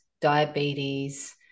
diabetes